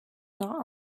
not